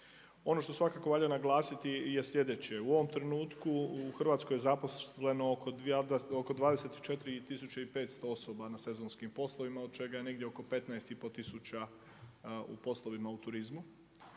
Ono što svakako valja naglasiti je sljedeće. U ovom trenutku u Hrvatsko je zaposleno oko 24 tisuće i 500 osoba na sezonskim poslovima, od čega je negdje oko 15 i pol tisuća u poslovima u turizmu.